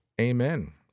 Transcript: amen